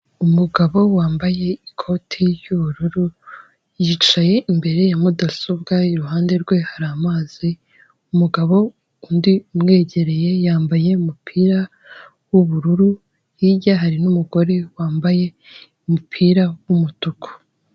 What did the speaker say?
Umugabo wambaye ikote ry'ubururu yicaye imbere ya mudasobwa iruhande rwe hari amazi, umugabo undi umwegereye yambaye umupira w'ubururu hirya hari n'umugore wambaye umupira w'umutuku.